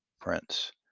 Prince